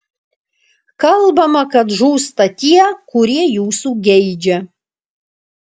kalbama kad žūsta tie kurie jūsų geidžia